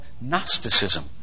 Gnosticism